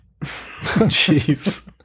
Jeez